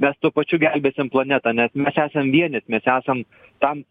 mes tuo pačiu gelbėsim planetą nes mes esam vienis mes esam tam